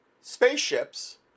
spaceships